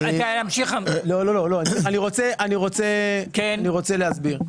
אני רוצה להסביר.